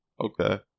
okay